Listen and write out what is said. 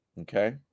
Okay